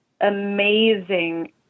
amazing